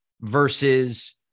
versus